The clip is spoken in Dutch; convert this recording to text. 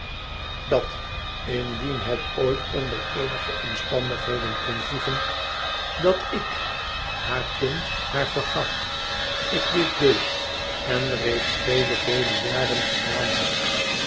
dat indien het ooit onder eenige omstandigheden kon voegen dat ik haar kind haar vergaf ik dit deed en reeds vele vele jaren gedaan had